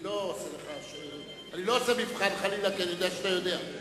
אני לא עושה מבחן, חלילה, כי אני יודע שאתה יודע.